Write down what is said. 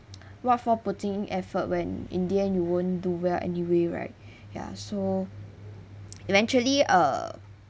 what for putting in effort when in the end you won't do well anyway right ya so eventually uh